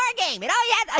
ah game. and, oh, yeah,